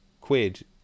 quid